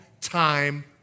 time